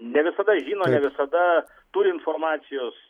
ne visada žino visada turi informacijos